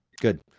good